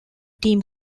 team